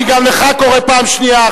גם לך אני קורא פעם שנייה,